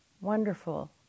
wonderful